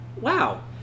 Wow